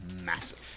massive